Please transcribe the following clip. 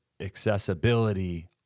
accessibility